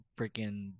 freaking